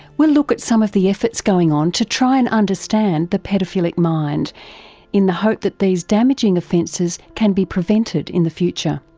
we'll look at some of the efforts going on to try and understand the paedophilic mind in the hope that these damaging offences can be prevented in the future.